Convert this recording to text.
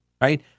right